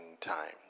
time